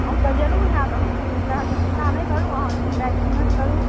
अहाँकेँ जरुर होयत अहाँ कोनो तरहकेंँ चिन्ता नहि करु अहाँ दिन राति मेहनत करु